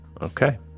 okay